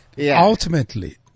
Ultimately